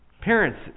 Parents